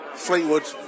Fleetwood